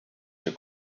your